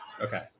Okay